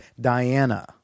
Diana